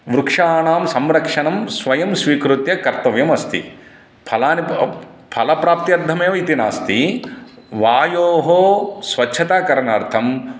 वृक्षाणां संरक्षणं स्वयं स्वीकृत्य कर्तव्यमस्ति फलानि प फलप्राप्त्यर्थमेव इति नास्ति वायोः स्वच्छताकरणार्थम्